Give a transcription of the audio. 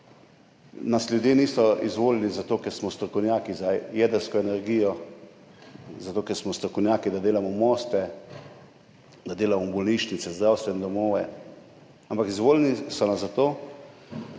nas ljudje niso izvolili zato, ker smo strokovnjaki za jedrsko energijo, ker smo strokovnjaki, ki delamo mostove, bolnišnice, zdravstvene domove, ampak so nas izvolili zato,